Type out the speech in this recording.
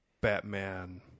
Batman